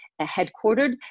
headquartered